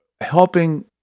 helping